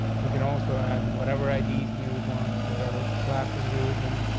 we can also add whatever ideas we would want, whatever classes we would want.